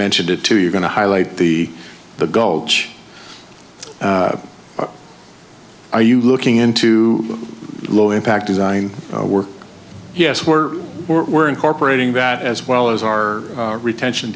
mentioned it to you're going to highlight the the gulch are you looking into low impact design work yes we're we're incorporating that as well as our retention